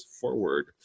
forward